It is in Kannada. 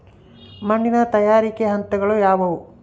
ಮಣ್ಣಿನ ತಯಾರಿಕೆಯ ಹಂತಗಳು ಯಾವುವು?